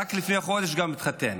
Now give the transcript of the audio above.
רק לפני חודש התחתן